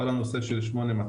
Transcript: כל הנושא של 8200,